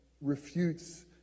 refutes